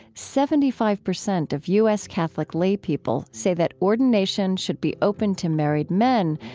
seventy five percent of u s. catholic lay people say that ordination should be opened to married men.